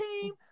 team